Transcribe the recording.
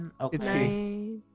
Okay